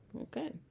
Okay